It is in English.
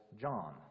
John